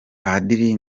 padiri